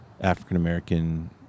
African-American